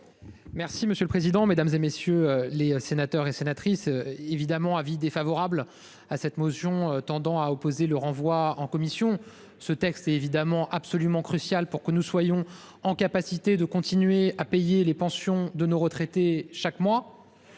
Merci monsieur le président, Mesdames, et messieurs les sénateurs et sénatrices évidemment avis défavorable à cette motion tendant à opposer le renvoi en commission. Ce texte est évidemment absolument crucial pour que nous soyons en capacité de continuer à payer les pensions de nos retraités chaque mois.